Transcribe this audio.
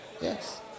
yes